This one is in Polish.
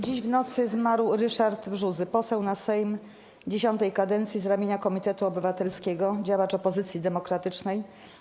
Dziś w nocy zmarł Ryszard Brzuzy, poseł na Sejm X kadencji z ramienia Komitetu Obywatelskiego, działacz opozycji demokratycznej.